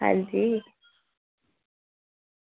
आं जी